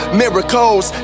miracles